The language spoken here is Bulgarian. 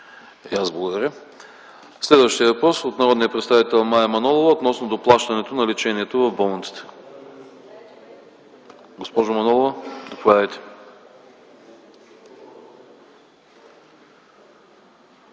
Следващият въпрос е от народния представител Мая Манолова относно доплащането на лечението в болниците. Госпожо Манолова, заповядайте.